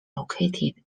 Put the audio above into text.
located